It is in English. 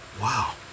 Wow